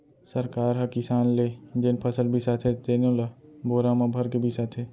सरकार ह किसान ले जेन फसल बिसाथे तेनो ल बोरा म भरके बिसाथे